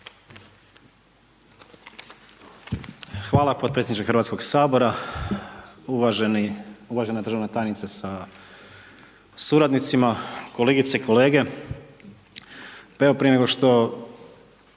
Hvala potpredsjedniče Hrvatskog sabora. Uvažena državna tajnice sa suradnicima, kolegice i kolege.